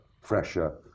fresher